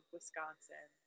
Wisconsin